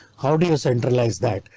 how do you centralized that?